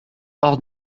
hors